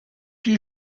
you